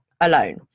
alone